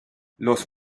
los